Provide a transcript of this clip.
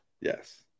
Yes